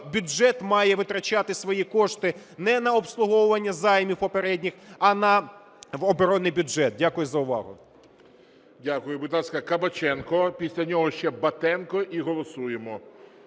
бюджет має витрачати свої кошти не на обслуговування займів попередніх, а в оборонний бюджет. Дякую за увагу. ГОЛОВУЮЧИЙ. Дякую. Будь ласка, Кабаченко. Після нього ще Батенко і голосуємо.